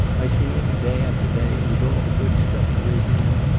i see him, day after day, with all the good stuff there is in him,